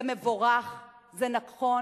זה מבורך, זה נכון